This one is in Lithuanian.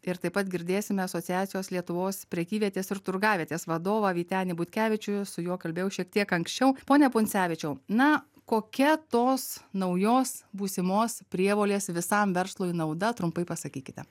ir taip pat girdėsime asociacijos lietuvos prekyvietės ir turgavietės vadovą vytenį butkevičių su juo kalbėjau šiek tiek anksčiau pone puncevičiau na kokia tos naujos būsimos prievolės visam verslui nauda trumpai pasakykite